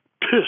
Piss